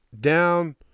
down